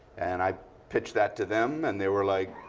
and i pitched that to them. and they were like,